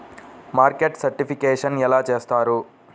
Market certification ఎలా చేస్తారు?